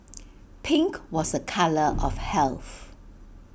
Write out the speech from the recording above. pink was A colour of health